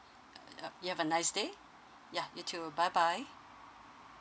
uh you've a nice day yeah you too bye bye